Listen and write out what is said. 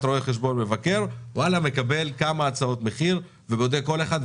רואה חשבון מבקר מקבל כמה הצעות מחיר ובודק כל אחת,